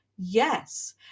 yes